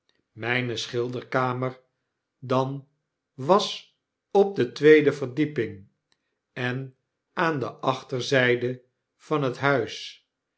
mjjne schilderkamer dan was op de tweede verdieping en aan de achterzyde van het huis